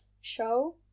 show